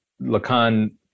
lacan